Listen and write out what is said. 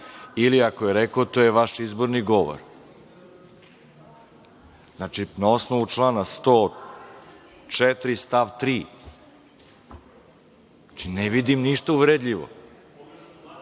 ili ako je rekao „to je vaš izborni govor“.Znači, na osnovu člana 104. stav 3, ne vidim ništa uvredljivo.(Boško